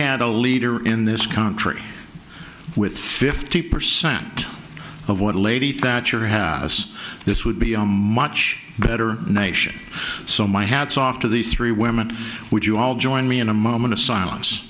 had a leader in this country with fifty percent of what lady thatcher has this would be a much better nation so my hats off to these three women would you all join me in a moment of silence